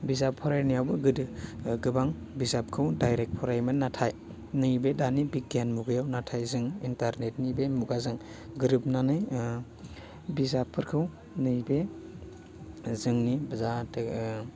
बिजाब फरायनायाबो गोदो गोबां बिजाबखौ डाइरेक्ट फरायोमोन नाथाय नैबो दानि बिगियान मुगायाव नाथाय जों इन्टारनेटनि बे मुगाजों गोरोबनानै बिजाबफोरखौ नैबे जोंनि जाहाथे